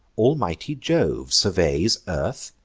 almighty jove surveys earth,